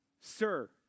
Sir